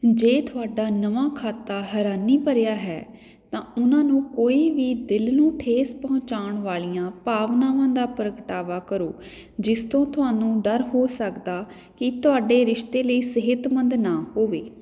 ਜੇ ਤੁਹਾਡਾ ਨਵਾਂ ਖਾਤਾ ਹੈਰਾਨੀ ਭਰਿਆ ਹੈ ਤਾਂ ਉਨ੍ਹਾਂ ਨੂੰ ਕੋਈ ਵੀ ਦਿਲ ਨੂੰ ਠੇਸ ਪਹੁੰਚਾਉਣ ਵਾਲੀਆਂ ਭਾਵਨਾਵਾਂ ਦਾ ਪ੍ਰਗਟਾਵਾ ਕਰੋ ਜਿਸ ਤੋਂ ਤੁਹਾਨੂੰ ਡਰ ਹੋ ਸਕਦਾ ਕਿ ਤੁਹਾਡੇ ਰਿਸ਼ਤੇ ਲਈ ਸਿਹਤਮੰਦ ਨਾ ਹੋਵੇ